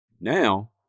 Now